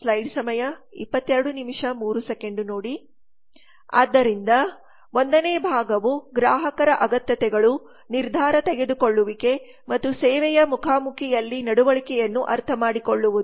ಆದ್ದರಿಂದ 1 ನೇ ಭಾಗವು ಗ್ರಾಹಕರ ಅಗತ್ಯತೆಗಳು ನಿರ್ಧಾರ ತೆಗೆದುಕೊಳ್ಳುವಿಕೆ ಮತ್ತು ಸೇವೆಯ ಮುಖಾಮುಖಿಯಲ್ಲಿ ನಡವಳಿಕೆಯನ್ನು ಅರ್ಥಮಾಡಿಕೊಳ್ಳುವುದು